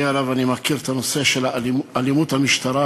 הרב אני מכיר את הנושא של אלימות המשטרה.